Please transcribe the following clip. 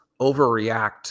overreact